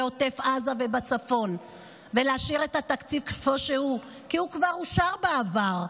עוטף עזה ובצפון ולהשאיר את התקציב כמו שהוא כי הוא כבר אושר בעבר?